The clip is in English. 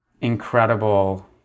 incredible